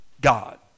God